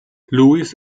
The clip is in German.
louis